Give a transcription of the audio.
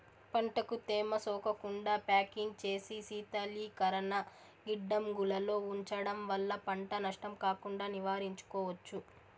పంటకు తేమ సోకకుండా ప్యాకింగ్ చేసి శీతలీకరణ గిడ్డంగులలో ఉంచడం వల్ల పంట నష్టం కాకుండా నివారించుకోవచ్చు